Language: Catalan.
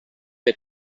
que